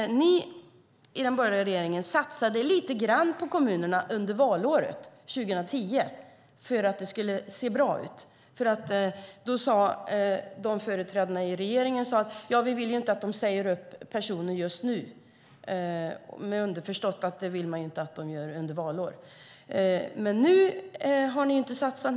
Ni i den borgerliga regeringen satsade lite grann på kommunerna under valåret 2010 för att det skulle se bra ut. Regeringsföreträdarna sade: Vi vill inte att de säger upp personer just nu. Det var underförstått att man inte vill att de ska göra det under ett valår. Men nu har ni inte satsat.